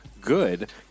good